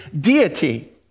deity